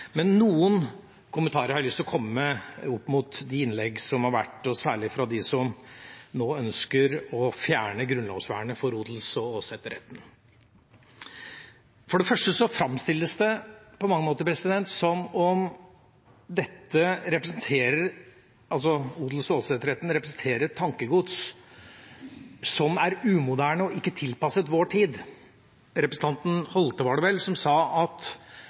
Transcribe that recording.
Men noen kommentarer har jeg lyst til å komme med opp mot de innlegg som har vært, og særlig fra dem som nå ønsker å fjerne grunnlovsvernet for odels- og åsetesretten. For det første framstilles det på mange måter som om odels- og åsetesretten representerer et tankegods som er umoderne og ikke tilpasset vår tid. Det var vel representanten Holthe som sa at